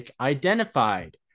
identified